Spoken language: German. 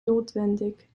notwendig